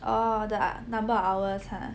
orh the ah number of hours ah